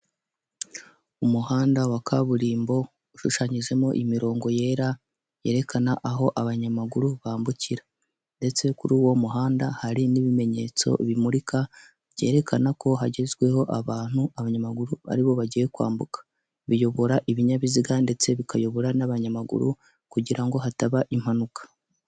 Umuhanda wa kaburimbo ushushanyijemo imirongo yera yerekana aho abanyamaguru bambukira ndetse kuri uwo muhanda hari n'ibimenyetso bimurika, byerekana ko hagezweho abantu abanyamaguru aribo bagiye kwambuka, biyobora ibinyabiziga ndetse bikayobora n'abanyamaguru kugira ngo hataba impanuka.